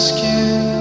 Skin